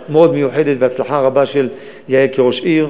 המיוחדת מאוד וההצלחה הרבה של יעל כראש עיר,